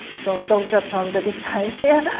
so don't judge on the design here.